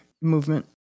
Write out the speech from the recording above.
movement